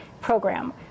program